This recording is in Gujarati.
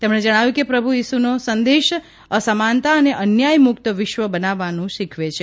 તેમણે જણાવ્યું કે પ્રભુ ઇશુનો સંદેશ અસમાનતા અને અન્યાય મુક્ત વિશ્વ બનાવવાનું શીખવે છે